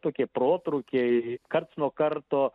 tokie protrūkiai karts nuo karto